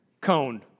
cone